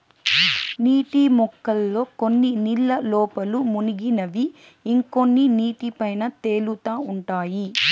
నీటి మొక్కల్లో కొన్ని నీళ్ళ లోపల మునిగినవి ఇంకొన్ని నీటి పైన తేలుతా ఉంటాయి